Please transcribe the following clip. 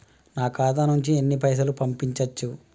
నా ఖాతా నుంచి ఎన్ని పైసలు పంపించచ్చు?